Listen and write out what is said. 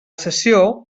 sessió